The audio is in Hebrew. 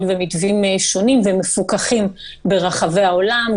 ומתווים שונים ומפוקחים ברחבי העולם,